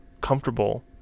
comfortable